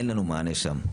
אין לנו מענה שם,